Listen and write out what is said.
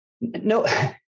no